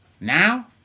Now